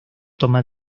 toma